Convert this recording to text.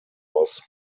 was